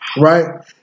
right